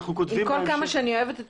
אני חיה בשלום עם רשאית,